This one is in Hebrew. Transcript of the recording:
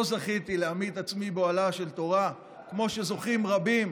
לא זכיתי להמית עצמי באוהלה של תורה כמו שזוכים רבים,